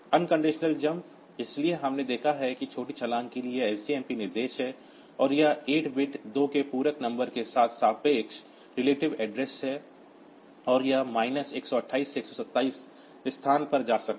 unconditional jump इसलिए हमने देखा है कि छोटी जंप के लिए एक SJMP निर्देश है यह 8 बिट 2 के पूरक नंबर के साथ रिलेटिव पता है यह 128 से 127 स्थान पर जा सकता है